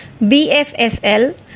bfsl